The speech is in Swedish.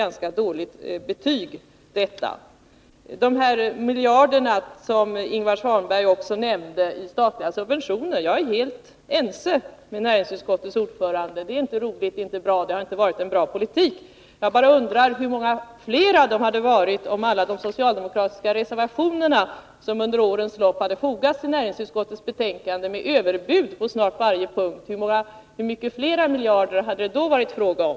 Beträffande de miljarder i statliga subventioner som Ingvar Svanberg också nämnde vill jag säga att jag är helt ense med näringsutskottets ordförande om att detta inte är roligt, att det inte har varit någon bra politik. Jag bara undrar: Om vi hade bifallit alla de socialdemokratiska reservationer som under årens lopp har fogats till näringsutskottets betänkanden — med överbud på snart sagt varje punkt — hur många fler miljarder hade det då varit fråga om?